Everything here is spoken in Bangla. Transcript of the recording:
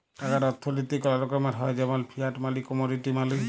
টাকার অথ্থলৈতিক অলেক রকমের হ্যয় যেমল ফিয়াট মালি, কমোডিটি মালি